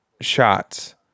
shots